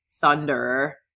Thunder